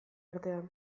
artean